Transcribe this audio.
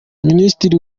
minisitiri